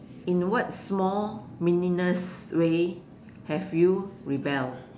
in what small meaningless way have you rebelled